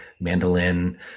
mandolin